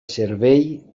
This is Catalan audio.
servei